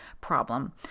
problem